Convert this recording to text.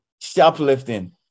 shoplifting